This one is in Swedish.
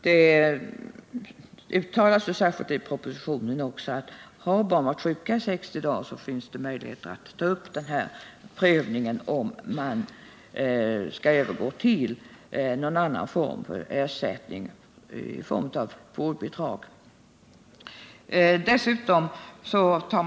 Det uttalas också i propositionen att om ett barn varit sjukt i mer än 60 dagar, så finns alltid möjligheten att till prövning ta upp frågan, om ersättning i form av vårdbidrag skall utgå.